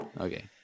Okay